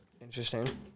interesting